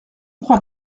crois